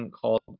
called